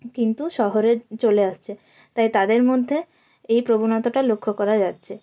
কিন্তু শহরে চলে আসছে তাই তাদের মধ্যে এই প্রবণতাটা লক্ষ্য করা যাচ্ছে